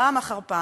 פעם אחר פעם,